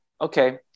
okay